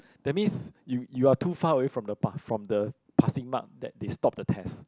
that means you you are too far away from the path from the passing mark that they stop the test